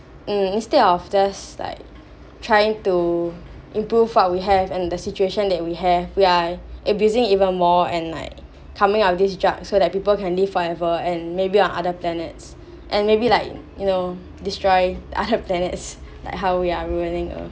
mm instead of just like trying to improve what we have and the situation that we have we're abusing even more and like coming out of this drug so that people can live forever and maybe on other planets and maybe like you know destroy other planets like how we are ruining earth